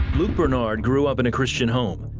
luke bernard grew up in a christian home,